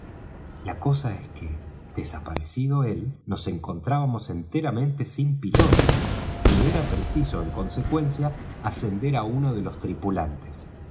la cosa es que desaparecido él nos encontrábamos enteramente sin piloto y era preciso en consecuencia ascender á uno de los tripulantes